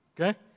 okay